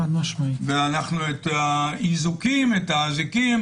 את האזיקים